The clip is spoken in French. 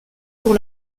pour